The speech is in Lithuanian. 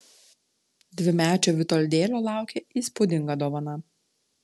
dvimečio vitoldėlio laukė įspūdinga dovana